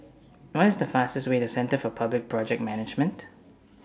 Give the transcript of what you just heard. What IS The fastest Way to Centre For Public Project Management